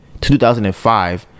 2005